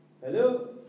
Hello